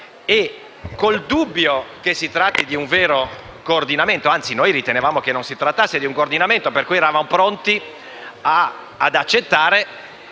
- con il dubbio che si tratti di un vero coordinamento. In realtà, ritenevamo che non si trattasse di un coordinamento per cui eravamo pronti ad accettare